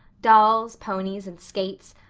dolls, ponies, and skates.